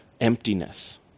emptiness